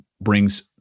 brings